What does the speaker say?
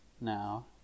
now